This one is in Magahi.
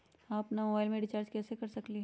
हम अपन मोबाइल में रिचार्ज कैसे कर सकली ह?